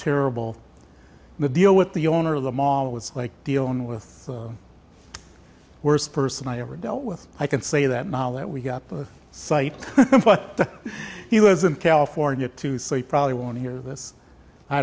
terrible the deal with the owner of the mall was like dealing with the worst person i ever dealt with i can say that now that we got the site but he was in california to say probably won't hear this i